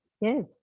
yes